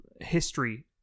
history